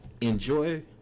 Enjoy